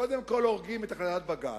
קודם כול הורגים את החלטת בג"ץ,